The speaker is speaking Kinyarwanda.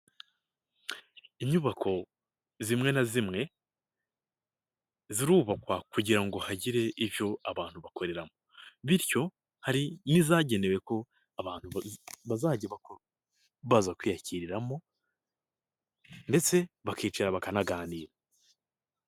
Inyubako zimwe na zimwe zirubakwa kugira ngo hagire ibyo abantu bakoreramo bityo hari n'izagenewe ko abantu bazajya baza kwiyashyiriramo ndetse bakicara bakanaganira.